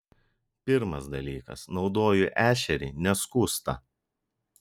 pirmas dalykas naudoju ešerį neskustą